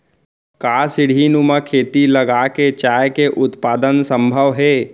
का सीढ़ीनुमा खेती लगा के चाय के उत्पादन सम्भव हे?